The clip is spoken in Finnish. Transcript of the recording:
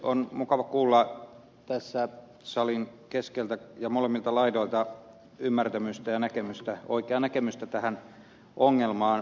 on mukava kuulla tässä salin keskeltä ja molemmilta laidoilta ymmärtämystä ja oikeaa näkemystä tähän ongelmaan